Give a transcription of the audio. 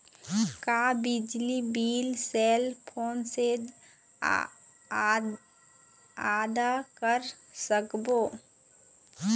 का बिजली bill cell phone से आदा कर सकबो?